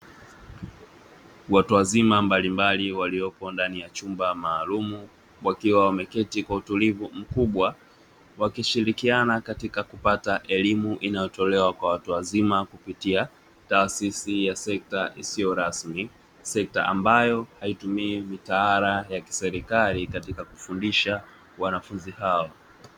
Watu wazima mbalimbali waliopo ndani ya chumba maalumu wakiwa wameketi kwa utulivu mkubwa, wakishirikiana katika kupata elimu inayotolewa kwa watu wazima kupitia taasisi ya sekta isiyo rasmi, sekta ambayo haitumii mitaala ya serikali katika kufundisha wanafunzi hao.